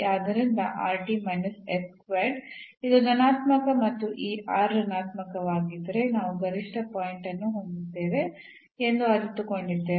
ಆದ್ದರಿಂದ ಇದು ಧನಾತ್ಮಕ ಮತ್ತು ಈ r ಋಣಾತ್ಮಕವಾಗಿದ್ದರೆ ನಾವು ಗರಿಷ್ಠ ಪಾಯಿಂಟ್ ಅನ್ನು ಹೊಂದಿದ್ದೇವೆ ಎಂದು ಅರಿತುಕೊಂಡಿದ್ದೇವೆ